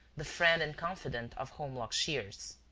the friend and confidant of holmlock shears.